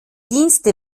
dienste